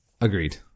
Agreed